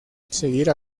seguir